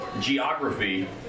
geography